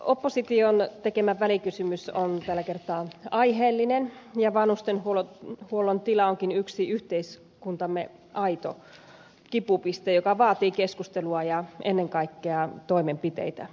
opposition tekemä välikysymys on tällä kertaa aiheellinen ja vanhustenhuollon tila onkin yksi yhteiskuntamme aito kipupiste joka vaatii keskustelua ja ennen kaikkea toimenpiteitä